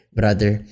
brother